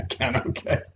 okay